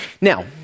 Now